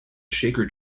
shaker